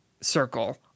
circle